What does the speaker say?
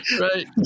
Right